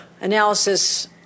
analysis